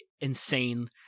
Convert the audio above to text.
insane